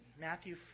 Matthew